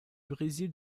brésil